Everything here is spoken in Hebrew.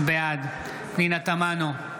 בעד פנינה תמנו,